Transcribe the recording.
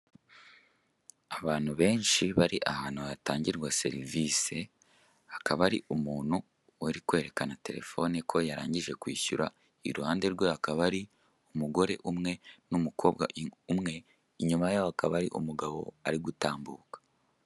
Abantu benshi bari ahantu hatangirwa serivise: hakaba hari umuntu uri kwerekana terefone ko yarangije kwishyura, iruhande rwe hakaba hari umugore umwe n'umukobwa umwe, inyuma yabo hakaba hari umugabo ari gutambuka.